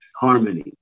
harmony